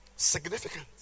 Significant